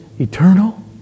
eternal